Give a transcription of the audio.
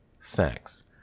sex